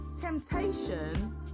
temptation